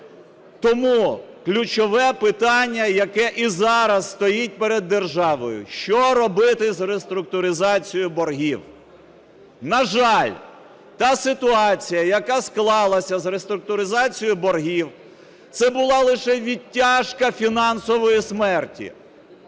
Тому ключове питання, яке і зараз стоїть перед державою: що робити з реструктуризацією боргів. На жаль, та ситуація, яка склалася з реструктуризацією боргів, це була лише відтяжка фінансової смерті.